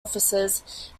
officers